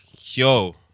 yo